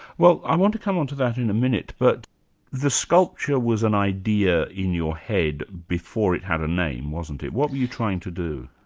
well i want to come on to that in a minute, but the sculpture was an idea in your head before it had a name, wasn't it? what were you trying to do?